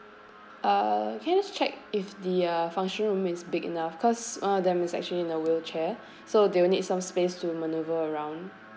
uh can I just check if the uh function room is big enough cause one of them is actually in a wheelchair so they'll need some space to manoeuvre around